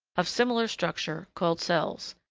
of similar structure, called cells,